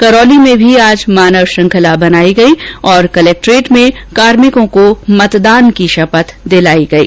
करोली में आज मानव श्रृंखला बनाई गई और कलेक्ट्रेट में कार्मिकों को मतदान की शपथ दिलाई गई